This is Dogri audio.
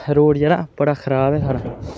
रोड जेह्ड़ा बड़ा खराब ऐ स्हाड़ा